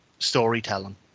storytelling